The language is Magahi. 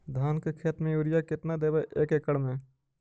धान के खेत में युरिया केतना देबै एक एकड़ में?